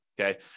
Okay